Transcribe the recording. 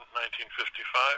1955